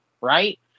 right